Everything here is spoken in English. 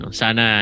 sana